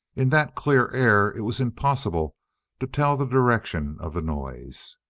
in that clear air it was impossible to tell the direction of the noise.